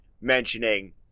mentioning